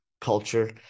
culture